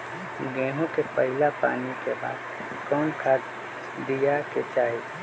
गेंहू में पहिला पानी के बाद कौन खाद दिया के चाही?